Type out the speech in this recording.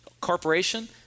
corporation